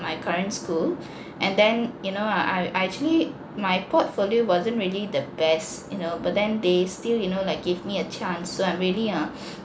my current school and then you know I I I actually my portfolio wasn't really the best you know but then they still you know like give me a chance so I'm really err